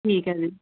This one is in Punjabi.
ਠੀਕ ਹੈ ਜੀ